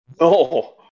No